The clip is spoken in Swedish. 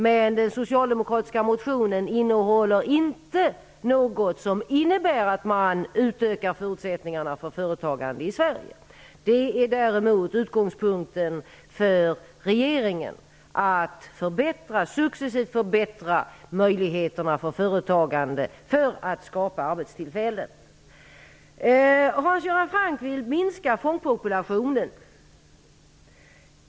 Men den socialdemokratiska motionen innehåller inte någonting som innebär att man ökar förutsättningarna för företagande i Sverige. Det är däremot regeringen utgångspunkt: att successivt förbättra möjligheterna för företagande för att skapa arbetstillfällen. Hans Göran Franck vill minska fångpopulationen.